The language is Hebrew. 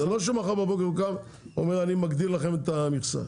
זה לא שמחר בבוקר הוא קם ואומר שהוא מגדיל לכם את המכסה.